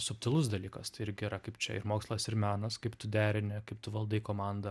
subtilus dalykas tai irgi yra kaip čia ir mokslas ir menas kaip tu derini kaip tu valdai komandą